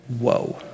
whoa